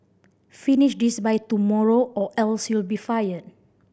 finish this by tomorrow or else you'll be fired